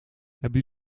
hebben